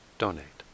donate